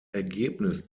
ergebnis